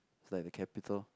it's like the capital